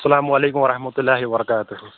السلامُ علیکُم ورحمتُہ اللہِ وبرکاتہٕ ہوٗ